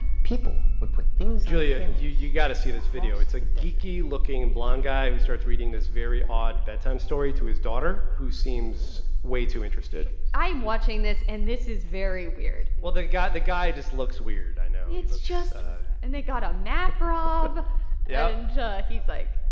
people would put things. julia, you you got to see this video. it's a geeky-looking and blond guy who starts reading this very odd bedtime story to his daughter, who seems way too interested i'm watching this, and this is very weird well, the the guy just looks weird. i know it's just and they got a map, rob yup yeah and he's, like,